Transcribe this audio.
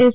S